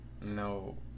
No